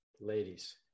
ladies